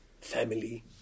family